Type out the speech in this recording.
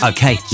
Okay